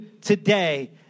today